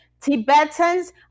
Tibetans